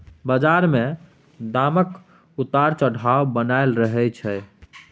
बजार मे दामक उतार चढ़ाव बनलै रहय छै